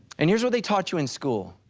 and here's what they taught you in school,